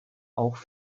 auch